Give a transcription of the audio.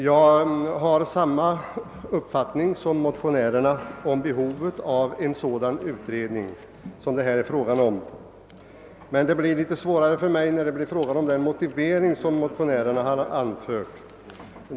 Jag har samma uppfattning som motionärerna om behovet av en sådan utredning som det här är fråga om, men det blir litet svårare för mig när det gäller den motivering som motionärerna har anfört.